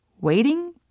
Waiting